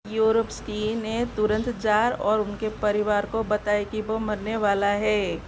Yurovsky ने तुरंत जार और उनके परिवार को बताया कि वह मरने वाला है